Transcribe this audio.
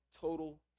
total